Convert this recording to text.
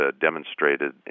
demonstrated